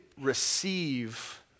receive